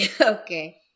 Okay